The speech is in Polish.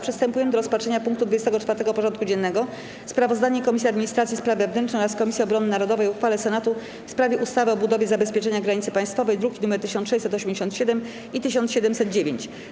Przystępujemy do rozpatrzenia punktu 24. porządku dziennego: Sprawozdanie Komisji Administracji i Spraw Wewnętrznych oraz Komisji Obrony Narodowej o uchwale Senatu w sprawie ustawy o budowie zabezpieczenia granicy państwowej (druki nr 1687 i 1709)